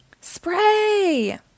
Spray